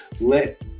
let